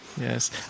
Yes